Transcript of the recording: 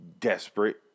desperate